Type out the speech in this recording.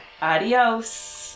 Adios